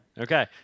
okay